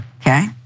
okay